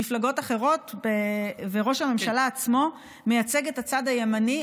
מפלגות אחרות וראש הממשלה עצמו מייצגים את הצד הימני,